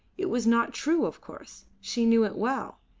it was not true, of course. she knew it well.